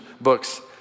books